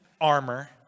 armor